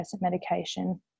medication